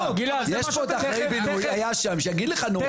יש פה את האחראי בינוי היה שם שיגיד לך -- גלעד,